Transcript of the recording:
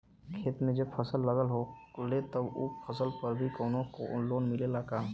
खेत में जब फसल लगल होले तब ओ फसल पर भी कौनो लोन मिलेला का?